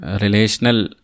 relational